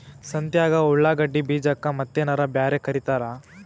ಸಂತ್ಯಾಗ ಉಳ್ಳಾಗಡ್ಡಿ ಬೀಜಕ್ಕ ಮತ್ತೇನರ ಬ್ಯಾರೆ ಕರಿತಾರ?